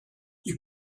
you